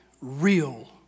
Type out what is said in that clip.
real